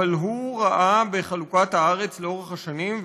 הוא ראה בחלוקת הארץ לאורך השנים,